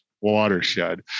watershed